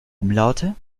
umlaute